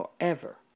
forever